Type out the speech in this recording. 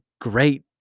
great